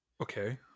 Okay